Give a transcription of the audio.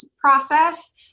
process